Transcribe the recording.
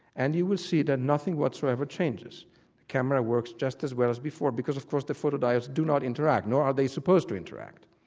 and you will see that nothing whatsoever changes. the camera works just as well as before, because of course the photodiodes do not interact, nor are they supposed to interact.